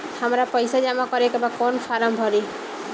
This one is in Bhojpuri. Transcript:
हमरा पइसा जमा करेके बा कवन फारम भरी?